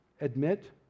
admit